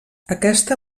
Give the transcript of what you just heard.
aquesta